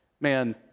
man